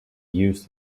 used